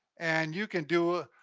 and you can do,